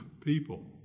people